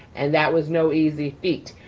and that was no easy feat.